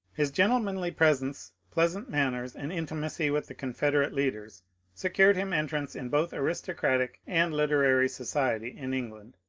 his gentlemanly presence, pleasant manners, and intimacy with the confederate leaders secured him entrance in both aristocratic and literary society in england,